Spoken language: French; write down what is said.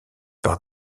par